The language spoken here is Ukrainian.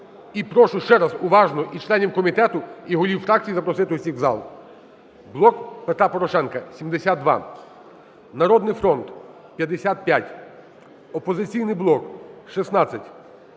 І прошу ще раз уважно, і членів комітету, і голів фракцій запросити усіх в зал. "Блок Петра Порошенка" – 72, "Народний фронт" – 55, " Опозиційний блок" –